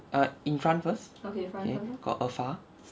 err in front first K got afar